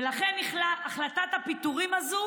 ולכן החלטת הפיטורים הזאת